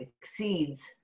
exceeds